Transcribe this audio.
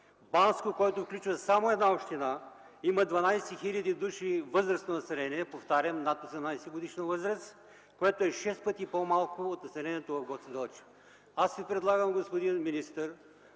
Банско, който включва само една община, има 12 хил. души възрастно население, повтарям, над 18-годишна възраст, което е шест пъти по-малко от населението в Гоце Делчев. Аз Ви предлагам, господин министър,